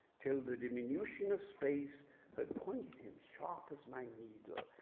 till the diminution of space had pointed him sharp as my needle,